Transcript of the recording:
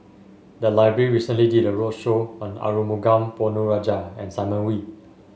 the library recently did a roadshow on Arumugam Ponnu Rajah and Simon Wee